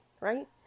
Right